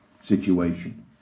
situation